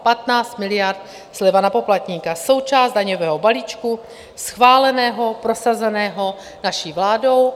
15 miliard sleva na poplatníka, součást daňového balíčku schváleného, prosazeného, naší vládou.